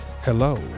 Hello